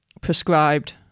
prescribed